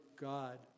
God